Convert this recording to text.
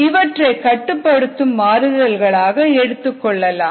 இவற்றை கட்டுப்படுத்தும் மாறுதலாக எடுத்துக்கொள்ளலாம்